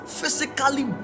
physically